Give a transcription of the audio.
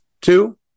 Two